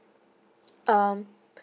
um